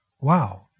Wow